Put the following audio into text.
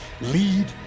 Lead